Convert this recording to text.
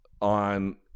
on